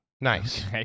Nice